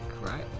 right